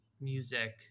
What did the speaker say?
music